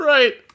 Right